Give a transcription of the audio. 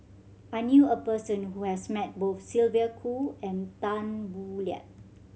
I knew a person who has met both Sylvia Kho and Tan Boo Liat